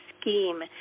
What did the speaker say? scheme